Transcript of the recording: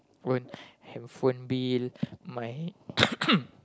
own hand phone bill my